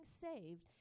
saved